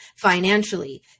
financially